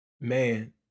man